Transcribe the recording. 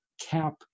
cap